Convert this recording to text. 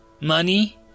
Money